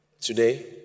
today